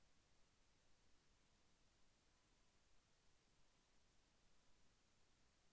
పువ్వులను వేగంగా వికసింపచేయటానికి ఏమి చేయాలి?